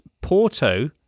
Porto